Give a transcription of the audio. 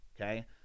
okay